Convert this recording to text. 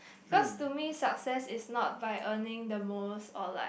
because to me success is not by earning the most or like